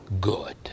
good